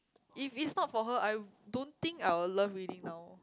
if is not for her I don't think I will love reading now